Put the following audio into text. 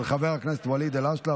של חבר הכנסת ואליד אלהואשלה,